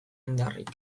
indarrik